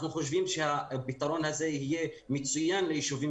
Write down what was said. אנחנו חושבים שהפתרון הזה יהיה מצוין ליישובים